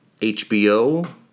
HBO